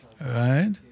Right